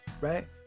right